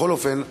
בכל אופן,